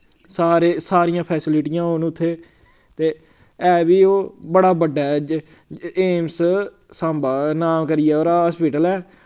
सारे सरियां फैसिलिटियां होन उत्थें ते ऐ बी ओह् बड़ा बड्डा ऐ एम्स साम्बा नांऽ करियै ओह्ड़ा हास्पिटल ऐ